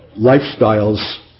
lifestyles